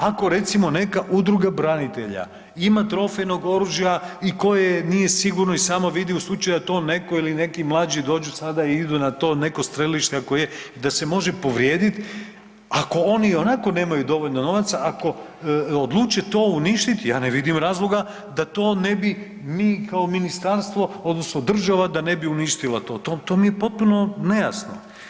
Ako recimo neka udruga branitelja ima trofejnog oružja i koje nije sigurno i sama vidi u slučaju da to neko ili neki mlađi dođu sada i idu na to neko strelište da se može povrijediti, ako oni i onako nemaju dovoljno novaca, ako odluče to uništiti ja ne vidim razloga da to ne bi mi kao ministarstvo odnosno država da ne bi uništila to, to mi je potpuno nejasno.